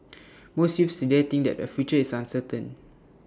most youths today think that their future is uncertain